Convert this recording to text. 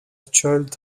child